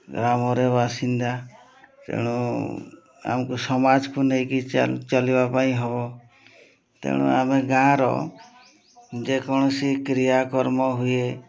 ଗ୍ରାମରେ ବାସିନ୍ଦା ତେଣୁ ଆମକୁ ସମାଜକୁ ନେଇକି ଚାଲିବା ପାଇଁ ହେବ ତେଣୁ ଆମେ ଗାଁର ଯେକୌଣସି କ୍ରିୟାକର୍ମ ହୁଏ